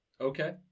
Okay